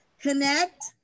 Connect